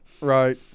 Right